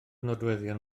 nodweddion